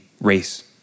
race